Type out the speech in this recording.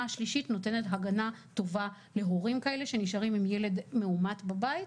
השלישית נותנת הגנה טובה להורים כאלה שנשארים עם ילד מאומת בבית.